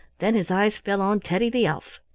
then his eyes fell on teddy the elf.